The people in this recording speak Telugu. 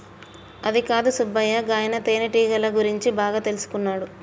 అదికాదు సుబ్బయ్య గాయన తేనెటీగల గురించి బాగా తెల్సుకున్నాడు